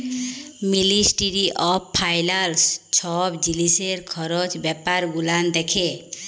ministry of finance ছব জিলিসের খরচ ব্যাপার গুলান দ্যাখে